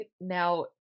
now